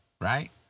right